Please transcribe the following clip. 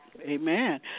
Amen